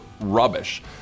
rubbish